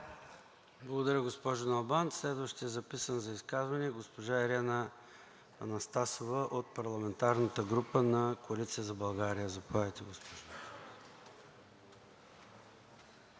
Благодаря, госпожо Налбант. Следващият записан за изказване е госпожа Ирена Анастасова от парламентарната група на „БСП за България“. Заповядайте.